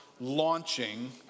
launching